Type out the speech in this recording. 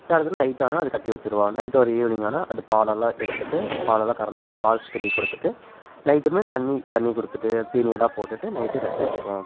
so அதுமாரி night ஆனால் அது கட்டி வச்சிடுவோம் நைட் ஒரு ஈவினிங் ஆனால் அது பாலெல்லாம் எடுத்துட்டு பாலெல்லாம் கறந்து பால் சிட்டிக்கு கொடுத்துட்டு நைட்டுமே தண்ணி தண்ணி கொடுத்துட்டு தீனியெல்லாம் போட்டுட்டு நைட்டு கட்டி வச்சுடுவோம்